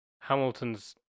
Hamilton's